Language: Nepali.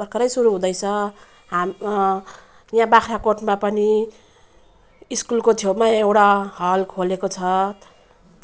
भर्खरै सुरु हुँदैछ हामी यहाँ बाग्राकोटमा पनि स्कुलको छेउमा एउटा हल खोलेको छ